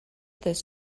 this